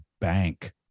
bank